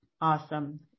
Awesome